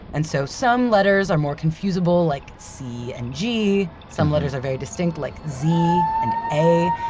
and so some letters are more confusable like c and g. some letters are very distinct, like z and a.